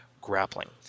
grappling